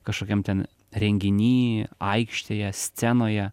kažkokiam ten renginy aikštėje scenoje